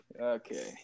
Okay